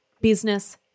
business